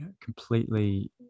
completely